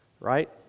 Right